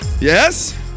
Yes